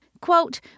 Quote